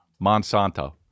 Monsanto